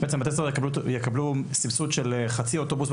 בתי הספר יקבלו סבסוד של חצי אוטובוס,